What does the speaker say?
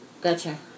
Gotcha